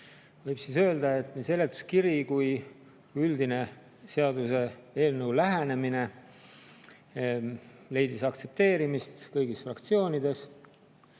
Võib siis öelda, et nii seletuskiri kui ka üldine seaduseelnõu lähenemine leidis aktsepteerimist kõigis fraktsioonides.